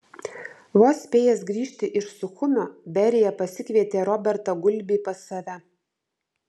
vos spėjęs grįžti iš suchumio berija pasikvietė robertą gulbį pas save